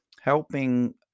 helping